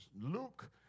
Luke